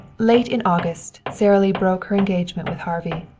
late in august sara lee broke her engagement with harvey.